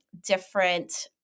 different